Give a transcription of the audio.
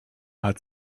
hatte